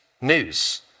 news